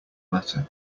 matter